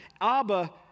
Abba